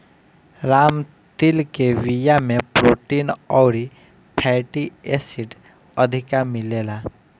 राम तिल के बिया में प्रोटीन अउरी फैटी एसिड अधिका मिलेला